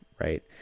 right